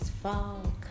Fall